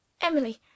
Emily